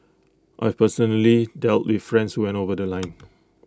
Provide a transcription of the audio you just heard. I've personally dealt the friends went over The Line